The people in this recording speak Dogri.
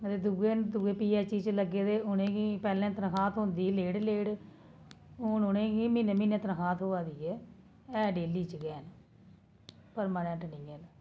ते दूए न दूए पीएचई च न लग्गे दे उ'नेंगी पैह्लें तनखाह् थ्होंदी ही लेट लेट हून उ'नेंगी म्हीनै म्हीनै तनखाह् थ्होआ दी ऐ ऐ डेली च गै परमानैंट निं हैन